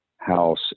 House